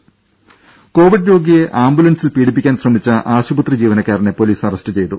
രുര കോവിഡ് രോഗിയെ ആംബുലൻസിൽ പീഡിപ്പിക്കാൻ ശ്രമിച്ച ആശുപത്രി ജീവനക്കാരനെ പൊലീസ് അറസ്റ്റ് ചെയ്തു